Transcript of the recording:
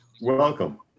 Welcome